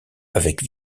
avec